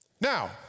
Now